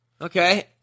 Okay